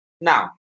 Now